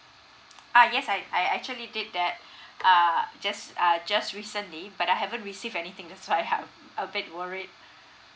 uh yes I I actually did that err just uh just recently but I haven't receive anything that's why I a bit worried